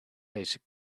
basic